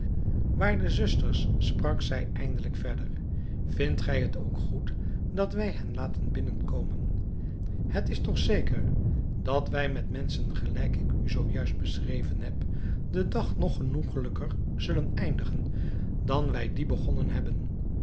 waarde zusters sprak zij eindelijk verder vindt gij het ook goed dat wij hen laten binnenkomen het is toch zeker dat wij met menschen gelijk ik u zoo juist beschreven heb den dag nog genoegelijker zullen eindigen dan wij dien begonnen hebben